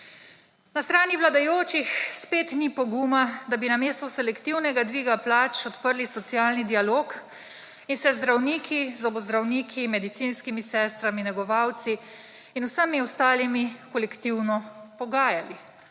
Na strani vladajočih spet ni poguma, da bi namesto selektivnega dviga plač odprli socialni dialog in se z zdravniki, zobozdravniki, medicinskimi sestrami, negovalci in vsemi ostalimi kolektivno pogajali,